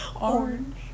Orange